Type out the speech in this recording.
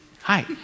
hi